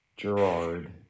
Gerard